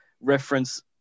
reference